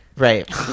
Right